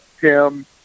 Tim